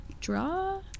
draw